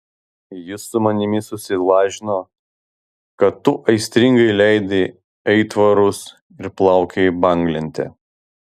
jis su manimi susilažino kad tu aistringai leidi aitvarus ir plaukioji banglente